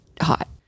hot